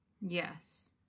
Yes